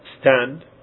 stand